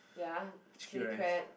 ya chili crab